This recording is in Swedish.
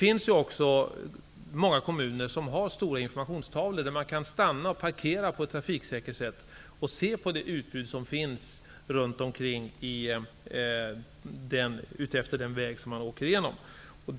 I många kommuner finns stora informationstavlor där man kan stanna och parkera på ett trafiksäkert sätt och se på det utbud som finns utefter den väg som man åker på.